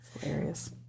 hilarious